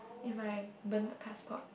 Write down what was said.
if I burnt my passport